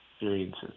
experiences